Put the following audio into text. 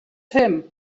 him